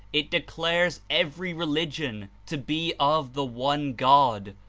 it declares every religion to be of the one god,